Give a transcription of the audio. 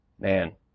Man